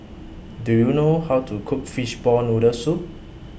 Do YOU know How to Cook Fishball Noodle Soup